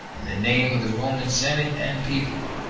in the name of the roman senate and people,